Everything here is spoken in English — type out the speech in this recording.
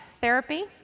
therapy